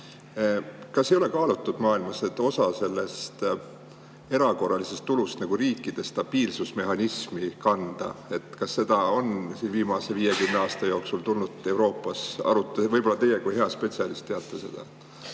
ega ei ole kaalutud maailmas, et osa sellest erakorralisest tulust riikide stabiilsusmehhanismi kanda. Kas on see [küsimus] viimase 50 aasta jooksul tulnud Euroopas arutlusele? Võib-olla teie kui hea spetsialist teate seda.